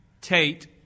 Tate